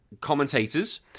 commentators